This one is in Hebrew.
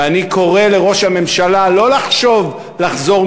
ואני קורא לראש הממשלה לא לחשוב לחזור